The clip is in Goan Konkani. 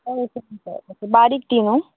बारीक दिवं न्हूं